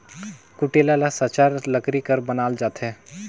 कुटेला ल साचर लकरी कर बनाल जाथे